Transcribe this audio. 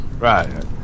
Right